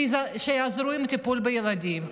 שיעזרו בטיפול בילדים,